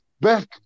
back